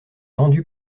tendus